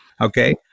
Okay